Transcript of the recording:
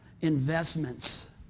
investments